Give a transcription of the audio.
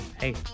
hey